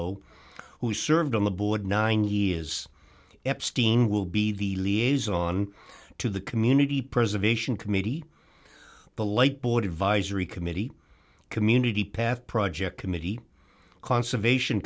zero who served on the board nine years epstein will be the liaison to the community preservation committee the light board advisory committee community path project committee conservation